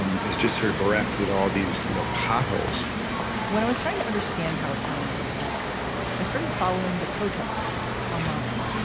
um is just sort of bereft with all these you know potholes when i was trying to understand howard county a little better i started following the protesters online.